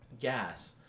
gas